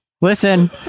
listen